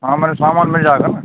हाँ माने सामान मिल जाएगा ना